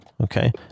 okay